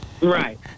right